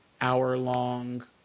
hour-long